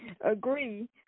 Agree